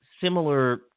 similar